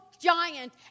giant